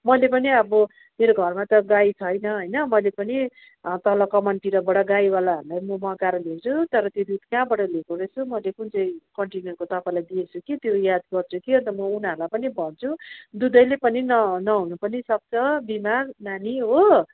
मैले पनि अब मेरो घरमा त गाई छैन होइन मैले पनि तल कमानतिरबाट गाईवालाहरूलाई म मगाएर ल्याउँछु तर त्यो दुध कहाँबाट लिएको रहेछु मैले कुन चाहिँ कन्टेनरको तपाईँलाई दिएछु कि त्यो याद गर्छु कि अन्त म उनीहरूलाई पनि भन्छु दुधैले पनि नहुनु पनि सक्छ बिमार नानी हो